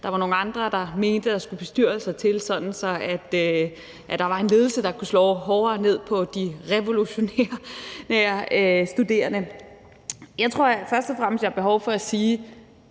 der var nogle andre, der mente, at der skulle bestyrelser til, sådan at der var en ledelse, der kunne slå hårdere ned på de revolutionære studerende. Jeg tror, at jeg først og fremmest har behov for at sige,